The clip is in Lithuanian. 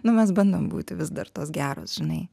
nu mes bandom būti vis dar tos geros žinai